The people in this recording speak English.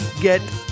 get